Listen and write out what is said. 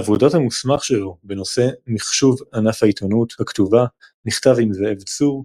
עבודת המוסמך שלו בנושא מחשוב ענף העיתונות הכתובה נכתבה עם זאב צור,